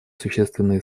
существенные